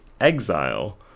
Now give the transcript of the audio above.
exile